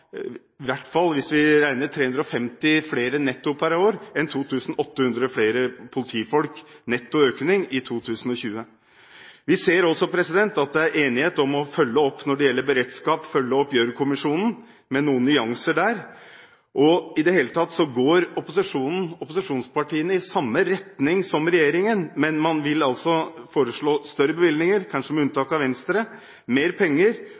hvert fall hvis vi regner 350 flere netto per år – ha 2 800 flere politifolk i netto økning i 2020. Vi ser også at det er enighet om å følge opp beredskap og følge opp Gjørv-kommisjonen – med noen nyanser der. I det hele tatt går opposisjonspartiene i samme retning som regjeringen, men man vil altså foreslå større bevilgninger, mer penger – kanskje med